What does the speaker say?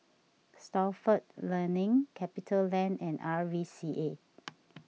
Stalford Learning CapitaLand and R V C A